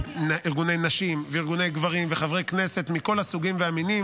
נשים וארגוני גברים וחברי כנסת מכל הסוגים והמינים,